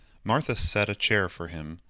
martha set a chair for him,